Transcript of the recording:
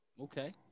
Okay